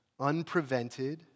unprevented